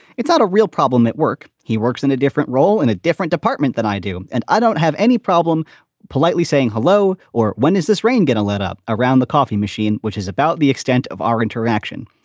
it's not a real problem at work. he works in a different role in a different department than i do, and i don't have any problem politely saying hello or when is this rain? get a let-up around the coffee machine, which is about the extent of our interaction.